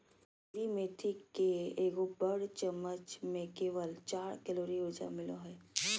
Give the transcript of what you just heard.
कसूरी मेथी के एगो बड़ चम्मच में केवल चार कैलोरी ऊर्जा मिलो हइ